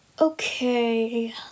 Okay